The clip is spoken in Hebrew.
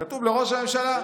כתוב לראש הממשלה.